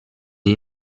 die